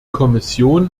kommission